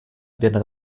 werden